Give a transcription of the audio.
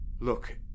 Look